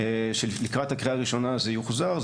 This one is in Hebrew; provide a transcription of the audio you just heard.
שלקראת הקריאה הראשונה זה יוחזר,